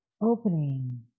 opening